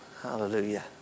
Hallelujah